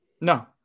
No